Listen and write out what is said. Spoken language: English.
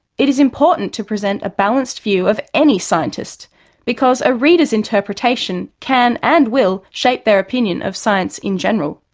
it is important to present a balanced view of any scientist because a reader's interpretation can and will shape their opinion of science in general.